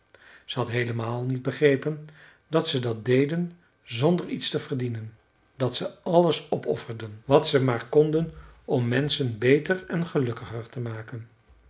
ze had heelemaal niet begrepen dat ze dat deden zonder iets te verdienen dat ze alles opofferden wat ze maar konden om menschen beter en gelukkiger te maken